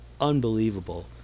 unbelievable